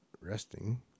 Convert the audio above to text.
resting